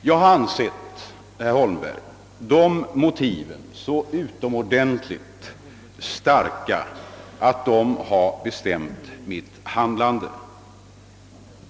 Jag har ansett, herr Holmberg, att dessa motiv är så starka att de fått bestämma mitt handlande.